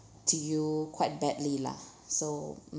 to you quite badly lah so